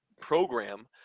program